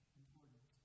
important